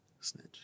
Snitch